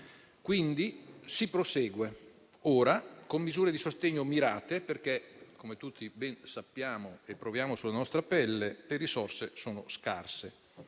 Si prosegue con misure di sostegno mirate, perché - come tutti ben sappiamo e proviamo sulla nostra pelle - le risorse sono scarse,